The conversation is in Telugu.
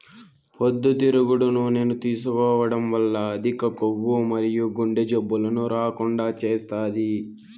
పొద్దుతిరుగుడు నూనెను తీసుకోవడం వల్ల అధిక కొవ్వు మరియు గుండె జబ్బులను రాకుండా చేస్తాది